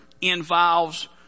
involves